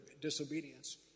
disobedience